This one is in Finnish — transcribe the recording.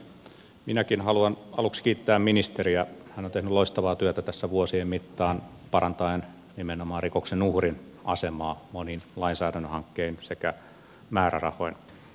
minäkin haluan aluksi kiittää ministeriä hän on tehnyt loistavaa työtä tässä vuosien mittaan parantaen nimenomaan rikoksen uhrin asemaa monin lainsäädäntöhankkein sekä määrärahoin